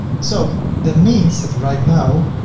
so that means that right now,